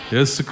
Yes